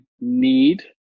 need